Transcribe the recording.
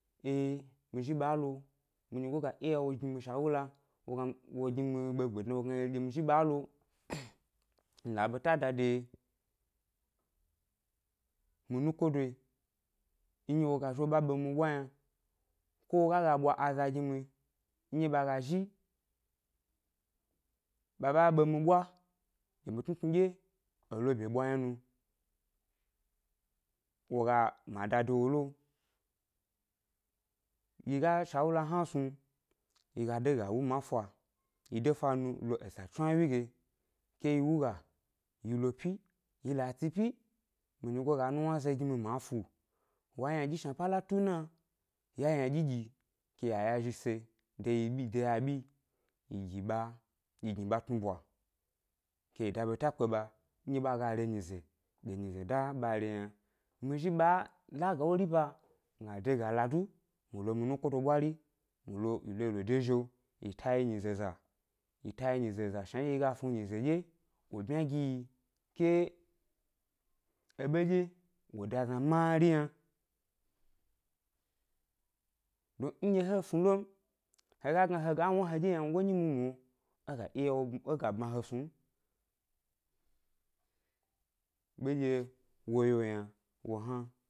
E mi zhi ɓa lo mi nyigo ga iya wo gi mi shawula wo gi mi ɓegbedna wo gna ɗye mi zhi ɓa lo, mi la ɓeta da de mi nukodo yi nɗye wo ga zhi wo ɓa ɓe mi ɓwa yna ko wo ga ga bwa aza gi mi nɗye ɓa a zhi ɓa ɓa ɓe mi ɓwa ge mi tnutnu ɗye e lo byeɓwa yna nu, wo ga ma da de wo lo, yi ga shawula hna snu, yi ga de ga wu ma ʻfa yi dé fa nu lo esa tswnawyi ge ke yi wuga yi lo ʻpyi, yi la tsi ʻpyi, mi nyigo ga nuwna ze gi mi ma fu, wa ynaɗyi shnapa la tu ʻna ya ynaɗyi ɗyi ke y yazhise de yi ɓyi de yiabyi yi yi gni ɓa tnubwa, ke yi da ɓeta kpe ɓa nɗye ɓa ga re nyize gi nyize e da ɓ re yna, mi zhi ba la ga é wori ba mi ga lo mi nukodo ɓwari, yi ta yi nyize za shanndye yi ga snu nyize ɗye e bmya gi yi ke eɓe ɗye e da zna mari yna, dun nɗye he snu lo m, he ga gna ɗye he ga wna e heɗye ynangoyi nyi mumu lo, é ga bma he snu m, ɓenɗye wo wu yi yna wo hna